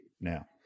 now